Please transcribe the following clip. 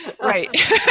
Right